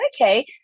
okay